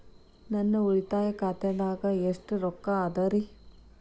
ನನ್ನ ಉಳಿತಾಯ ಖಾತಾದಾಗ ಎಷ್ಟ ರೊಕ್ಕ ಅದ ರೇ?